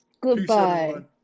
Goodbye